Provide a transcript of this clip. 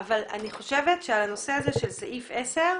אני חושבת שהנושא הזה של סעיף 10,